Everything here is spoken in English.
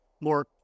more